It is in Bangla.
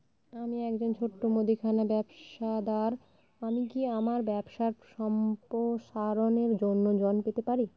আমি একজন ছোট মুদিখানা ব্যবসাদার আমি কি আমার ব্যবসা সম্প্রসারণের জন্য ঋণ পেতে পারি?